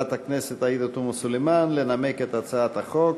חברת הכנסת עאידה תומא סלימאן, לנמק את הצעת החוק.